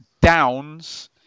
downs